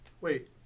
Wait